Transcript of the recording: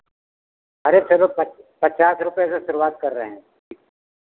अरे चलो पच् पचास रुपए से शुरुआत कर रहे हैं